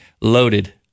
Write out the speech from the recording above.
loaded